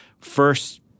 first—